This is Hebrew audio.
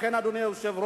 לכן, אדוני היושב-ראש,